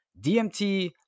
DMT